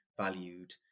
valued